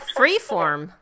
freeform